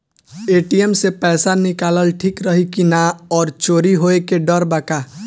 ATM से पईसा निकालल ठीक रही की ना और चोरी होये के डर बा का?